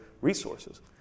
resources